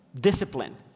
discipline